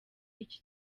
iki